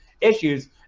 issues